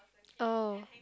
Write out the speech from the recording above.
oh